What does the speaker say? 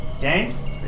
James